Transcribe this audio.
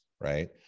right